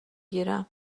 گیرم